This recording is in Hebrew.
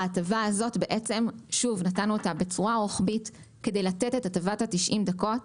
נתנו אותה בצורה רוחבית כדי לתת את הטבת ה-90 דקות.